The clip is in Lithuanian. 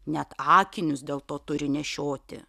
net akinius dėl to turi nešioti